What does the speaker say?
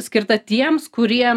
skirta tiems kurie